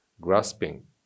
grasping